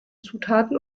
zutaten